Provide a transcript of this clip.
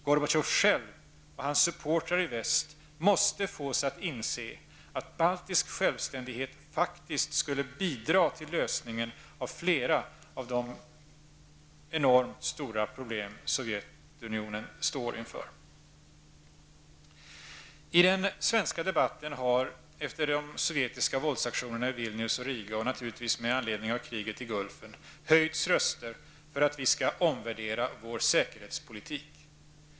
Gorbatjov själv och hans supportrar i väst måste fås att inse att baltisk självständighet faktiskt skulle bidra till lösningen av flera av de enorma problem Sovjetunionen står inför. I den svenska debatten har efter de sovjetiska våldsaktionerna i Vilnius och Riga och naturligtvis med anledning av kriget i Gulfen höjts röster för att vi skall omvärdera vår säkerhetspolitik.